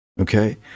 okay